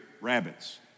rabbits